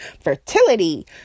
fertility